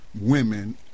women